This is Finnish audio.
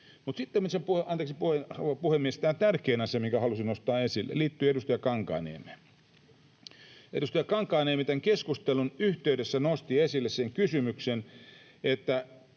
tärkein asia, minkä halusin nostaa esille, liittyy edustaja Kankaanniemeen: Kun edustaja Kankaanniemi tämän keskustelun yhteydessä nosti esille sen kysymyksen,